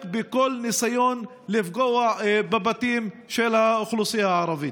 בכל ניסיון לפגוע בבתים של האוכלוסייה הערבית.